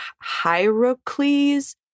hierocles